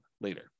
later